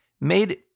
made